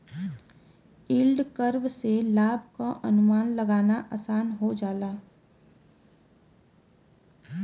yield curve से लाभ क अनुमान लगाना आसान हो जाला